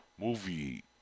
movie